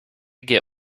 get